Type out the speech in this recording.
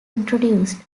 introduced